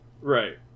right